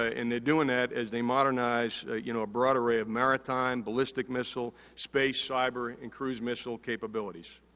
ah and they're doing that as they modernize, you know, broader array of maritime, ballistic missile, space, cyber, and cruise missile capabilities.